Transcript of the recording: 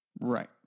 Right